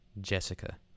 Jessica